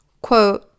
Quote